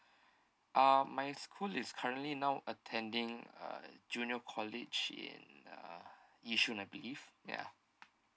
um my school is currently now attending a junior college in uh yishun I believe ya